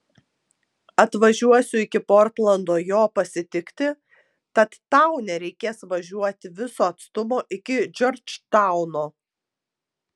atvažiuosiu iki portlando jo pasitikti tad tau nereikės važiuoti viso atstumo iki džordžtauno